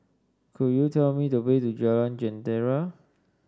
could you tell me the way to Jalan Jentera